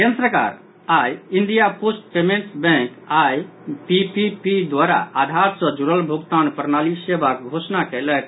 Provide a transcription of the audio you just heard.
केन्द्र सरकार आइ India post payments bank IPPB द्वारा आधार सँ जुड़ल भोगतान प्रणाली सेवाक घोषणा कयलक